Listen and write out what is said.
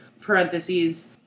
parentheses